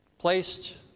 Placed